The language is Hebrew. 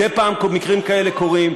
מדי פעם מקרים כאלה עולים,